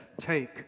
take